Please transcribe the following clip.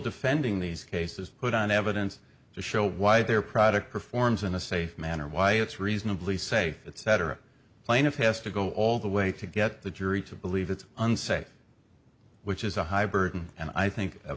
defending these cases put on evidence to show why their product performs in a safe manner why it's reasonably say that setter plaintiff has to go all the way to get the jury to believe it's unsafe which is a high burden and i think